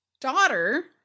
daughter